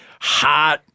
hot